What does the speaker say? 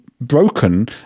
broken